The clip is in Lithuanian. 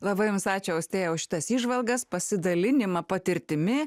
labai jums ačiū austėja už šitas įžvalgas pasidalinimą patirtimi